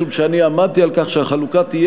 משום שאני עמדתי על כך שהחלוקה תהיה